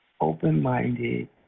open-minded